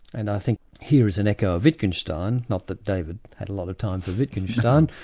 and i think here is an echo of wittgenstein, not that david had a lot of time for wittgenstein,